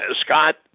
Scott